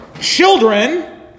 Children